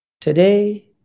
today